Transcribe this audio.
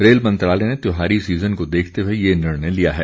rail मंत्रालय ने त्योहारी सीज़न को देखते हुए ये निर्णय लिया है